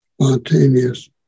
spontaneous